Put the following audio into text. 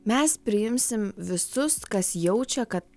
mes priimsim visus kas jaučia kad